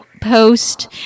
post